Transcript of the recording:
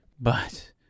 But